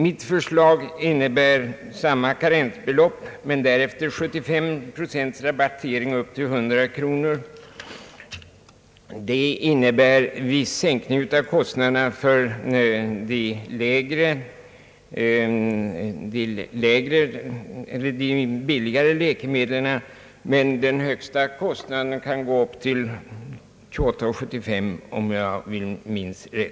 Mitt förslag innebär samma karensbelopp, men därefter en rabattering på 75 procent upp till en läkemedelskostnad på 100 kronor. Det medför en viss sänkning av kostnaderna för läkemedel upp till ett pris av 45 kronor. Kostnaden för ett läkemedelsinköp kan högst uppgå till 28:75 kronor, om jag minns rätt.